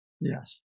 Yes